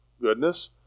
goodness